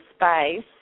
space